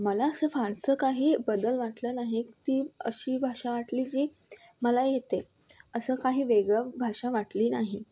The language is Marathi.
मला असं फारसं काही बदल वाटला नाही ती अशी भाषा वाटली जी मला येते असं काही वेगळं भाषा वाटली नाही